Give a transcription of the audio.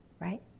right